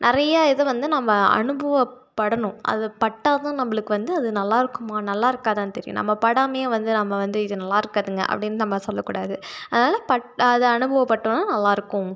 நிறைய இதை வந்து நம்ப அனுபவப்படணும் அது பட்டால்தான் நம்பளுக்கு வந்து அது நல்லாயிருக்குமா நல்லாயிருக்காதான்னு தெரியும் நம்ம படாமலே வந்து நம்ம வந்து இது நல்லாயிருக்காதுங்க அப்படின்னு நம்ம சொல்லக்கூடாது அதனால பட் அதை அனுபவப்பட்டோன்னால் நல்லாயிருக்கும்